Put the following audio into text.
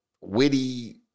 witty